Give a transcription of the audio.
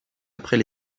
après